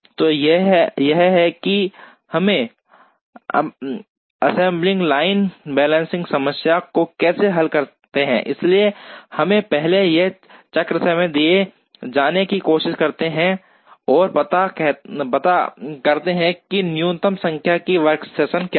तो यह है कि हम असेंबली लाइन बैलेंसिंग समस्या को कैसे हल करते हैं इसलिए हम पहले एक चक्र समय दिए जाने की कोशिश करते हैं और पता करते हैं कि न्यूनतम संख्या में वर्कस्टेशन क्या हैं